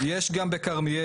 יש גם בכרמיאל.